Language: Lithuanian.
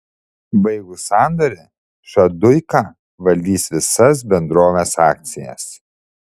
baigus sandorį šaduika valdys visas bendrovės akcijas